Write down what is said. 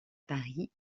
paris